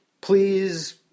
Please